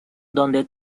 donde